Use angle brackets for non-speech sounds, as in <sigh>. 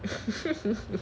<laughs>